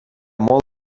molt